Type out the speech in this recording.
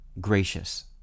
gracious